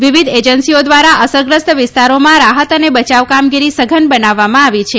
વિવિધ એ ન્સીઓ દ્વારા અસરગ્રસ્ત વિસ્તારામાં રાહત અને બચાવ કામગીરી સઘન બનાવવામાં આવી છે